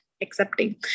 accepting